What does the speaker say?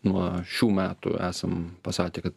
nuo šių metų esam pasakę kad